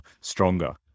stronger